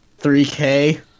3k